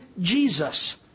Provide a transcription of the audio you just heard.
Jesus